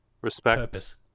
respect